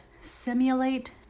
Simulate